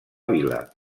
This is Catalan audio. vila